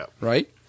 right